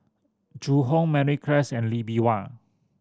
Zhu Hong Mary Klass and Lee Bee Wah